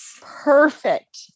perfect